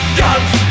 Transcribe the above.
guns